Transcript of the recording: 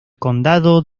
condado